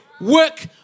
Work